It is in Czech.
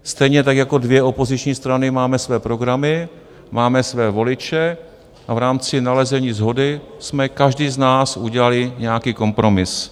Stejně tak jako dvě opoziční strany máme své programy, máme své voliče a v rámci nalezení shody jsme každý z nás udělali nějaký kompromis.